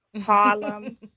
Harlem